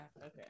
okay